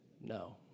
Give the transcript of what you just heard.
No